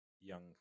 young